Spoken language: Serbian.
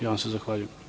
Ja vam se zahvaljujem.